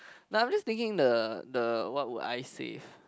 nah I'm just thinking the the what would I save